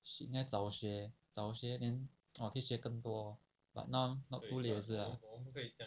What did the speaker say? shit 应该早学早学 then !wah! 可以 share 更多 but now not too late 也是 lah